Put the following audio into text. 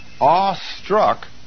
awestruck